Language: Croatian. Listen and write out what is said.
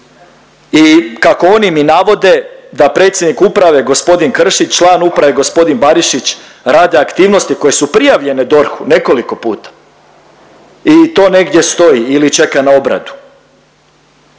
i kako oni mi navode da predsjednik uprave g. Kršić i član uprave g. Barišić rade aktivnosti koje su prijavljene DORH-u nekoliko puta i to negdje stoji ili čeka na obradu.